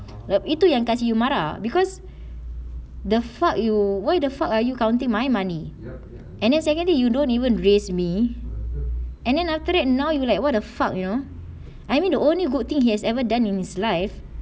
like itu yang kasih you marah because the fuck you why the fuck are you counting my money and then secondly you don't even raised me and then after that now you like what the fuck you know I mean the only good thing he has ever done in his life